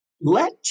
let